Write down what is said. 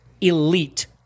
elite